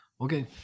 okay